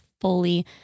fully